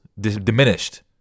diminished